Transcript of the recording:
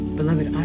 beloved